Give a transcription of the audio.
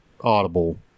Audible